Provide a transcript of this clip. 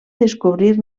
descobrir